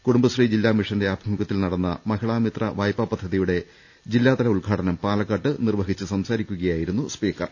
കൂടുംബശ്രീ ജില്ലാ മിഷന്റെ ആഭിമുഖ്യത്തിൽ നടന്ന മഹിളാ മിത്ര വായ്പാ പദ്ധതിയുടെ ജില്ലാതല ഉദ്ഘാടനം പാലക്കാട്ട് നിർവഹിച്ച് സംസാരിക്കുകയായിരുന്നു സ്പീക്കർ